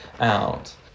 out